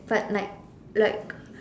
but like like